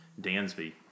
Dansby